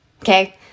okay